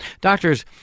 Doctors